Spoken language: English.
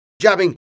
Jabbing